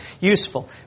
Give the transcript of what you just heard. Useful